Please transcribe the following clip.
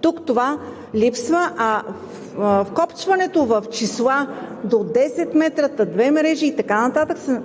Тук това липсва, а вкопчването в числа – до 10 метра, та две мрежи и така нататък, са